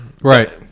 right